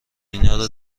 اینارو